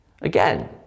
Again